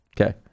Okay